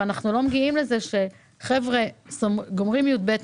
ואנחנו לא מגיעים לזה שהחבר'ה מסיימים י"ב,